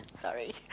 Sorry